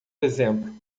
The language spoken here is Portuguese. exemplo